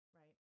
right